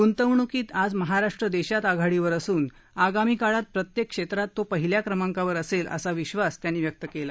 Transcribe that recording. गुंतवणूकीत आज महाराष्ट्र देशात आघाडीवर असून आगामी काळात प्रत्येक क्षेत्रात तो पहिल्या क्रमांकांवर असेल असा विश्वास त्यांनी व्यक्त केला